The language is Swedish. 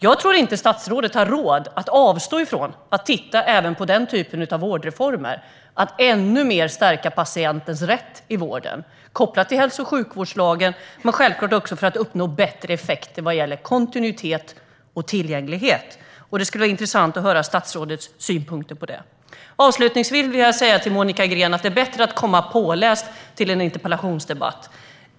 Jag tror inte att statsrådet har råd att avstå från att titta även på denna typ av vårdreformer för att stärka patientens rätt i vården ännu mer kopplat till hälso och sjukvårdslagen men självfallet också för att uppnå bättre effekt vad gäller kontinuitet och tillgänglighet. Det skulle vara intressant att höra statsrådets synpunkter på detta. Avslutningsvis vill jag säga till Monica Green att det är bättre att komma påläst till en interpellationsdebatt.